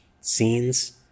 scenes